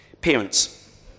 Parents